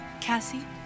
Cassie